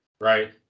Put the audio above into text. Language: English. Right